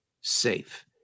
safe